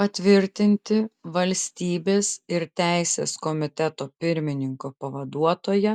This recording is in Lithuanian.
patvirtinti valstybės ir teisės komiteto pirmininko pavaduotoja